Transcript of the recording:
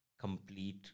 complete